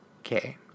okay